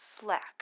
Slack